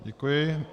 Děkuji.